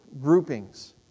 groupings